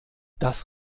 das